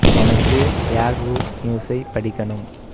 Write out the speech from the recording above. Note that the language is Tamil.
எனக்கு யாஹூ நியூஸை படிக்கணும்